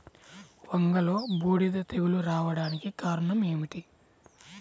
వంగలో బూడిద తెగులు రావడానికి కారణం ఏమిటి?